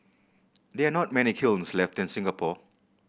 there are not many kilns left in Singapore